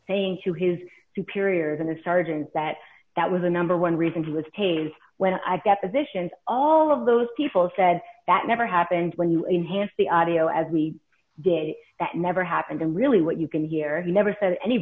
saying to his superiors in the sergeant that that was the number one reason he was paved when i got the fish and all of those people said that never happened when you enhanced the audio as we did that never happened and really what you can hear he never said any